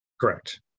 Correct